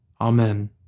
Amen